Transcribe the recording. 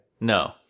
No